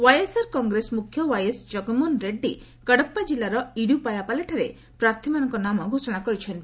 YSR Congress ମୁଖ୍ୟ YS Jaganmohan Reddy Kadapa ଜିଲ୍ଲାର ଇଡୁପାୟାପାଲାଠାରେ ପ୍ରାର୍ଥୀମାନଙ୍କ ନାମ ଘୋଷଣା କରିଚ୍ଚନ୍ତି